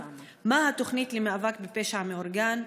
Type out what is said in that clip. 2. מה התוכנית למאבק בפשע המאורגן?